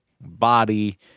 body